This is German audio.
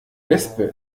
wespe